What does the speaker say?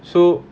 so